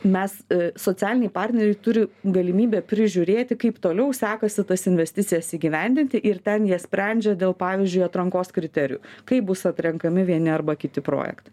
mes socialiniai partneriai turi galimybę prižiūrėti kaip toliau sekasi tas investicijas įgyvendinti ir ten jie sprendžia dėl pavyzdžiui atrankos kriterijų kaip bus atrenkami vieni arba kiti projekt